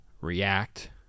react